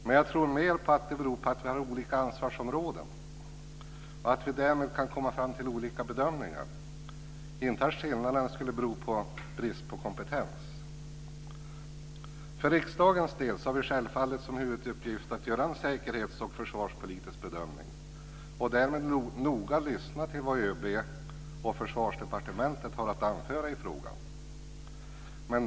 Men jag tror mer att det beror på att vi har olika ansvarsområden och att vi därmed kan komma fram till olika bedömningar, inte att skillnaderna skulle bero på brist på kompetens. För riksdagens del har vi självfallet som huvuduppgift att göra en säkerhets och försvarspolitisk bedömning och därmed noga lyssna till vad ÖB och Försvarsdepartementet har att anföra i frågan.